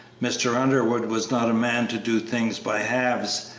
mr. underwood was not a man to do things by halves,